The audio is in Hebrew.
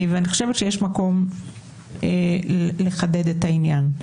ואני חושבת שיש מקום לחדד את העניין.